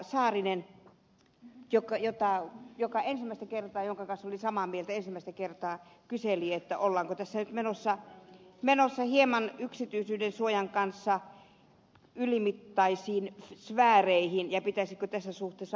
saarinen jonka kanssa olin samaa mieltä ensimmäistä kertaa kyseli ollaanko tässä nyt menossa hieman yksityisyyden suojan kanssa ylimittaisiin sfääreihin ja pitäisikö tässä suhteessa ajattelutapaa muuttaa